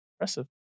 Impressive